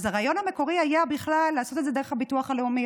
אז הרעיון המקורי היה בכלל לעשות את זה דרך הביטוח הלאומי.